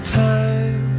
time